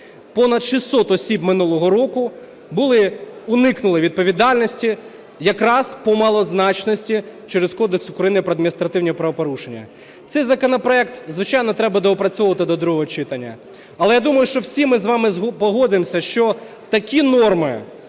Понад 600 осіб минулого року уникнули відповідальності якраз по малозначності через Кодекс України про адміністративні правопорушення. Цей законопроект, звичайно, треба доопрацьовувати до другого читання. Але я думаю, що всі ми з вами погодимося, що такі норми